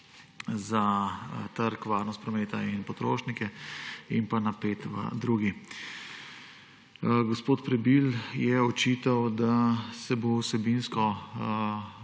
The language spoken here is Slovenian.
za trg, varnost prometa in potrošnike, in pa na 5 v drugi. Gospod Prebil je očital, da se bo vsebinsko